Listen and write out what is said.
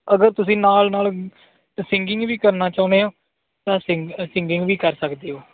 ਅਗਰ ਤੁਸੀਂ ਨਾਲ ਨਾਲ ਸਿੰਗਿੰਗ ਵੀ ਕਰਨਾ ਚਾਹੁੰਦੇ ਹੋ ਤਾਂ ਸਿੰਗ ਸਿੰਗਿੰਗ ਵੀ ਕਰ ਸਕਦੇ ਹੋ